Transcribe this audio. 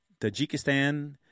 Tajikistan